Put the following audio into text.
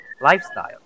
lifestyle